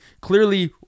clearly